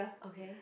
okay